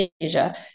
Asia